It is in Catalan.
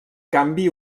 canvi